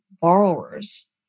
borrowers